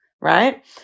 right